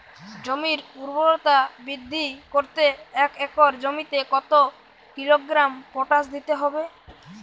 জমির ঊর্বরতা বৃদ্ধি করতে এক একর জমিতে কত কিলোগ্রাম পটাশ দিতে হবে?